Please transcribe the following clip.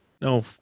No